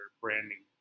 branding